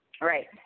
Right